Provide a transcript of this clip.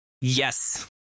Yes